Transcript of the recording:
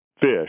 fish